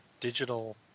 digital